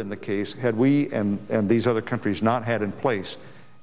been the case had we and these other countries not had in place